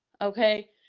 okay